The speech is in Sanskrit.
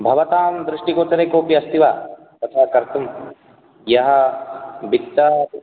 भवतां दृष्टिगोचरे कोऽपि अस्ति वा तथा कर्तुं यः वित्तात्